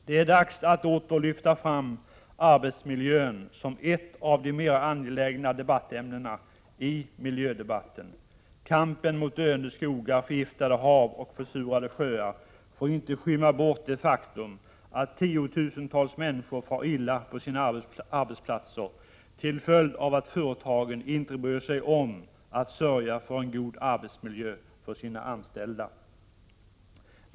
Det är dags att åter lyfta fram arbetsmiljön som ett av de mera angelägna debattämnena i miljödebatten. Kampen mot döende skogar, förgiftade hav och försurade sjöar får inte skymma bort det faktum att tiotusentals människor far illa på sina arbetsplatser, till följd av att företagen inte bryr sig om att sörja för en god arbetsmiljö för sina anställda.